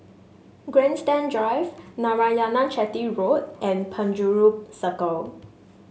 Grandstand Drive Narayanan Chetty Road and Penjuru Circle